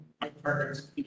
partners